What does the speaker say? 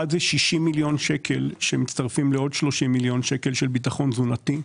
אחד הוא 60 מיליון שקל שמצטרפים לעוד 30 מיליון שקל של ביטחון תזונתי.